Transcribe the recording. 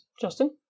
Justin